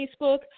Facebook